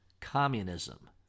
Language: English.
Communism